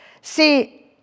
See